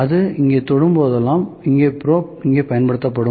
அது இங்கே தொடும் போதெல்லாம் இந்த ப்ரோப் இங்கே பயன்படுத்தப்படும்